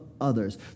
others